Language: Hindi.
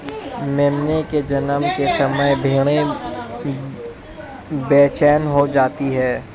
मेमने के जन्म के समय भेड़ें बेचैन हो जाती हैं